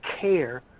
care